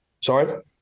Sorry